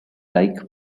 like